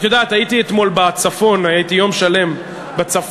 את יודעת, הייתי אתמול יום שלם בצפון.